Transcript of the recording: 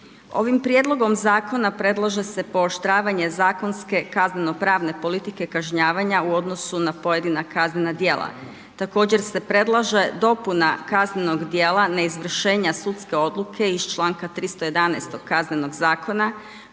Ovim prijedlogom zakona predlaže se pooštravanje zakonske, kazneno pravne politike kažnjavanja u odnosu na pojedina kaznena djela. Također se predlaže dopuna kaznenog djela neizvršenja sudske odluke iz članka 311. Kaznenog zakona